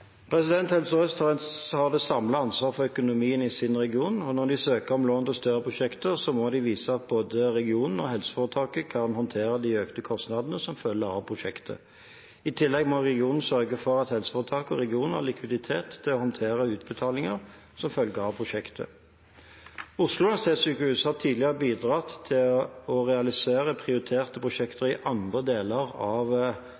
Helse Sør-Øst har et samlet ansvar for økonomien i sin region. Når de søker om lån til større prosjekter, må de vise at både regionen og helseforetaket kan håndtere de økte kostnadene som følger av prosjektet. I tillegg må regionen sørge for at helseforetaket og regionen har likviditet til å håndtere utbetalingene som følge av prosjektet. Oslo universitetssykehus har tidligere bidratt til å realisere prioriterte